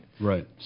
right